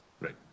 Right